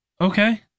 Okay